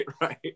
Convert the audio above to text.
right